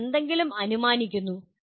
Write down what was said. നിങ്ങൾ എന്തെങ്കിലും അനുമാനിക്കുന്നു